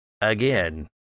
Again